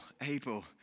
able